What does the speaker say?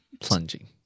plunging